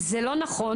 וזה לא נכון.